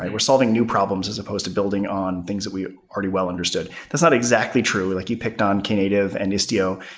ah we're solving new problems as supposed to building on things that we already well understood. that's not exactly true. like you picked on knative and istio,